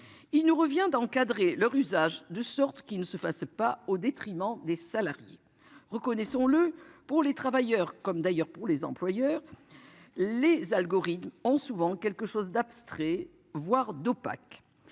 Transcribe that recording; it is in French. Il nous revient d'encadrer leur usage de sorte qu'il ne se fasse pas au détriment des salariés. Reconnaissons-le pour les travailleurs comme d'ailleurs pour les employeurs, les algorithmes ont souvent quelque chose d'abstrait, voire d'opaques